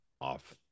off